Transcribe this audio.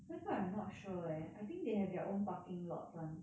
那个 I'm not sure eh I think they have their own parking lots [one]